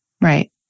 Right